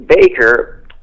Baker